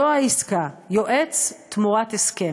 זו העסקה, יועץ תמורת הסכם.